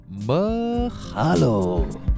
mahalo